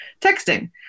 texting